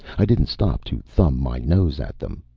i didn't stop to thumb my nose at them,